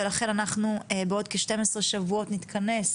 ולכן אנחנו בעוד כ-12 שבועות נתכנס,